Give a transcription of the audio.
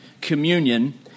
communion